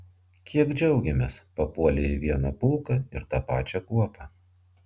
kiek džiaugėmės papuolę į vieną pulką ir tą pačią kuopą